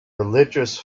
religious